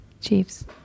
Chiefs